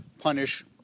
punish